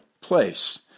place